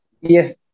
Yes